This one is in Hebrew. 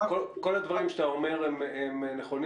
זכאי, כל הדברים שאתה אומר הם נכונים.